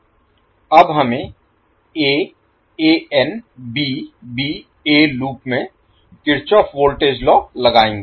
अब हम aANBba loop में किरचॉफ वोल्टेज लॉ लगाएंगे